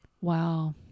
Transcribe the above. Wow